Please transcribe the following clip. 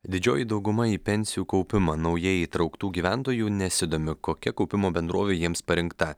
didžioji dauguma į pensijų kaupimą naujai įtrauktų gyventojų nesidomi kokia kaupimo bendrovė jiems parinkta